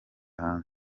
hanze